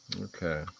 Okay